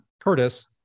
Curtis